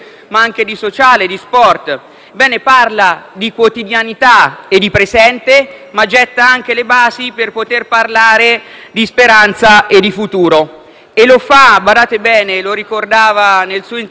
parla di quotidianità e di presente, ma getta anche le basi per poter parlare di speranza e di futuro. E lo fa, badate bene, come ricordava nel suo intervento la collega Pergreffi,